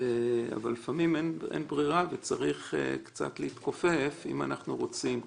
לפעמים אין ברירה וצריך מעט להתכופף אם אנחנו רוצים,